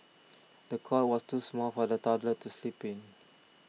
the cot was too small for the toddler to sleep in